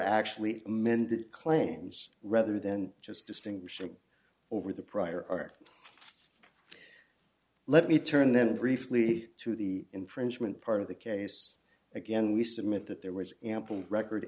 actually mended claims rather than just distinguishing over the prior let me turn then briefly to the infringement part of the case again we submit that there was ample record